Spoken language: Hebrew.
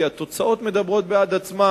כי התוצאות מדברות בעד עצמן.